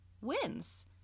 wins